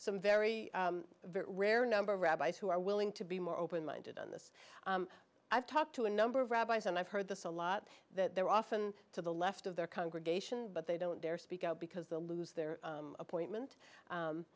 some very very rare number of rabbis who are willing to be more open minded on this i've talked to a number of rabbis and i've heard this a lot that they're often to the left of their congregation but they don't dare speak out because the lose their appointment